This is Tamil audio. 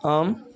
ஆம்